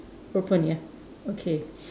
open ya okay